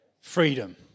freedom